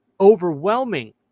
overwhelming